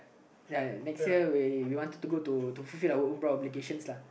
ya next year we we want to go to to fulfill our umrah obligations lah